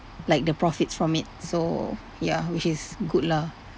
like the profits from it so ya which is good lah